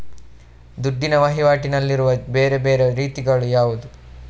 ದುಡ್ಡಿನ ವಹಿವಾಟಿನಲ್ಲಿರುವ ಬೇರೆ ಬೇರೆ ರೀತಿಗಳು ಯಾವುದು?